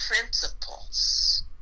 principles